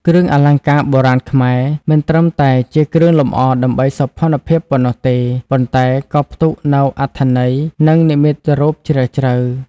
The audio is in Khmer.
គ្រឿងអលង្ការបុរាណខ្មែរមិនត្រឹមតែជាគ្រឿងលម្អដើម្បីសោភ័ណភាពប៉ុណ្ណោះទេ ប៉ុន្តែក៏ផ្ទុកនូវ អត្ថន័យ និងនិមិត្តរូបជ្រាលជ្រៅ។